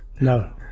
No